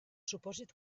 supòsit